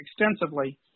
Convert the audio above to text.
extensively